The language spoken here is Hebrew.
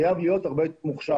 חייב להיות הרבה יותר מוכשר.